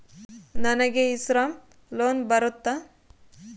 ನನಗೆ e Shram loan ಬರುತ್ತಾ?